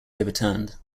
overturned